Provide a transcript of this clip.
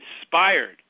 inspired